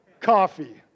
Coffee